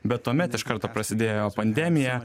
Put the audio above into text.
bet tuomet iš karto prasidėjo pandemija